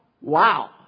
wow